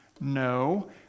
No